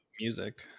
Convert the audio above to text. music